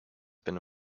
been